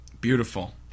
Beautiful